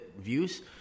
views